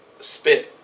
Spit